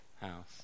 house